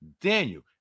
daniel